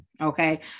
Okay